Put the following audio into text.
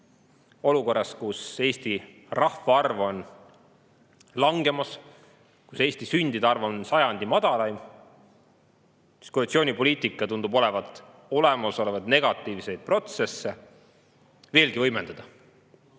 Olukorras, kus Eesti rahvaarv on langemas, kus Eesti sündide arv on sajandi madalaim. Koalitsioonipoliitika tundub olevat [selline, et] olemasolevaid negatiivseid protsesse veelgi võimendada,